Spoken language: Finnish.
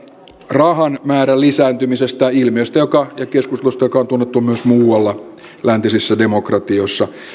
rahan määrän lisääntymisestä ilmiöstä ja keskustelusta joka on tunnettu myös muualla läntisissä demokratioissa